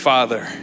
Father